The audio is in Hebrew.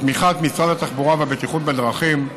בתמיכת משרד התחבורה והבטיחות בדרכים,